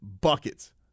buckets